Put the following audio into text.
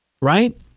Right